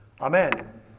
Amen